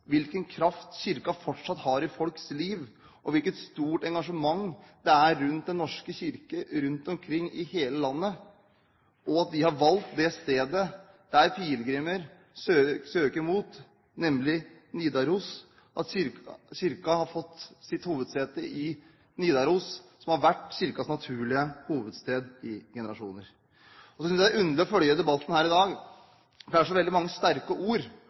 hvilken kraft Kirken fortsatt har i folks liv, og hvilket stort engasjement det er rundt Den norske kirke rundt omkring i hele landet. Vi er glad for at vi har valgt det stedet som pilegrimer søker mot, nemlig Nidaros, at Kirken har fått sitt hovedsete i Nidaros, som har vært Kirkens naturlige hovedsted i generasjoner. Så synes jeg det er underlig å følge debatten her i dag. Det er så veldig mange sterke ord